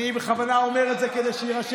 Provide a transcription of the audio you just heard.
אני בכוונה אומר את זה, כדי שיירשם,